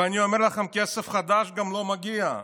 ואני אומר לכם, כסף חדש גם לא מגיע.